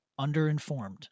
underinformed